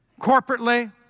corporately